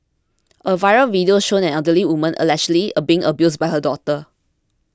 a viral video showing an elderly woman allegedly a being abused by her daughter